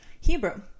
Hebrew